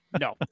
No